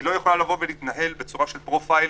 היא לא יכולה לבוא ולהתנהל בצורה של פרופיילינג,